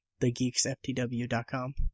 thegeeksftw.com